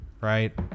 right